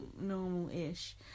Normal-ish